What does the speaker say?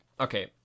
Okay